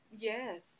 yes